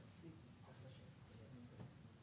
שנה וחצי לא התנהל פה דיון אף פעם על תקציב ראש